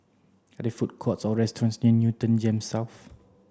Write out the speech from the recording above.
are there food courts or restaurants near Newton GEMS South